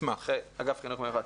אגף חינוך מיוחד.